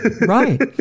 Right